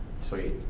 sweet